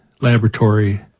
laboratory